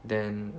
then